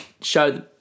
show